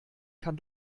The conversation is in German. kann